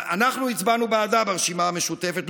אנחנו הצבענו בעדה ברשימה המשותפת,